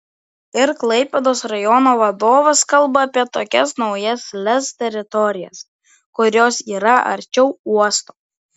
ir klaipėdos rajono vadovas kalba apie tokias naujas lez teritorijas kurios yra arčiau uosto